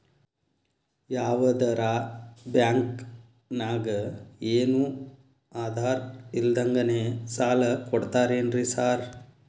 ಯಾವದರಾ ಬ್ಯಾಂಕ್ ನಾಗ ಏನು ಆಧಾರ್ ಇಲ್ದಂಗನೆ ಸಾಲ ಕೊಡ್ತಾರೆನ್ರಿ ಸಾರ್?